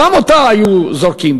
גם אותה היו זורקים.